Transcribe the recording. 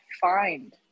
find